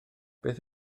beth